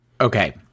okay